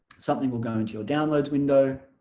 something will go into your downloads window